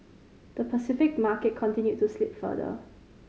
the Pacific market continued to slip further